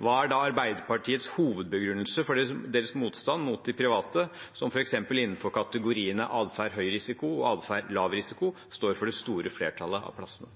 Hva er da Arbeiderpartiets hovedbegrunnelse for deres motstand mot de private, som f.eks. innenfor kategoriene «adferd høy risiko» og «adferd lav risiko» står for det store flertallet av plassene?